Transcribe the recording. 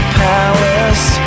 palace